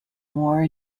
more